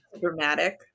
dramatic